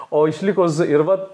o išliko z ir va